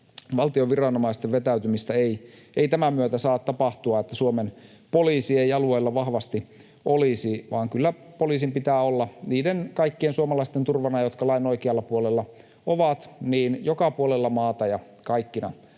valtion viranomaisten vetäytymistä ei tämän myötä saa tapahtua, että Suomen poliisi ei alueella vahvasti olisi, vaan kyllä poliisin pitää olla niiden kaikkien suomalaisten turvana, jotka lain oikealla puolella ovat, joka puolella maata ja kaikkina